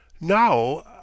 Now